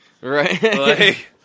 Right